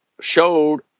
showed